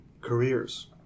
Careers